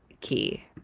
key